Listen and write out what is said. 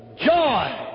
joy